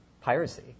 piracy